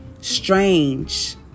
strange